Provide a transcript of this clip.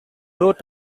though